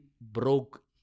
broke